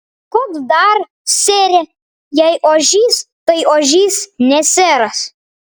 koks dar sere jei ožys tai ožys ne seras